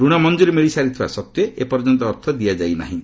ଋଣ ମଞ୍ଜୁରି ମିଳିସାରିଥିବା ସତ୍ତ୍ୱେ ଏପର୍ଯ୍ୟନ୍ତ ଅର୍ଥ ଦିଆଯାଇ ନାହିଁ